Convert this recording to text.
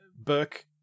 Burke